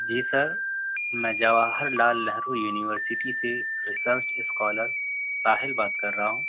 جی sir میں Jawahar Lal Nehru university سے research scholar Sahil بات کر رہا ہوں